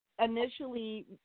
initially